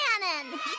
cannon